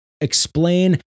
explain